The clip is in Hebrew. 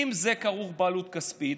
אם זה כרוך בעלות כספית,